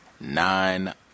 nine